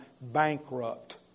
bankrupt